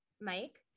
Mike